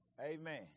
Amen